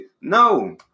no